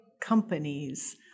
companies